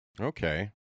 Okay